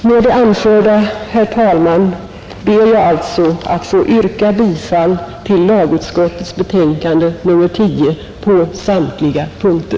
Med det anförda ber jag alltså, herr talman, att få yrka bifall till lagutskottets förslag i dess betänkande nr 10 på samtliga punkter.